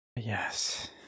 Yes